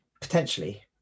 Potentially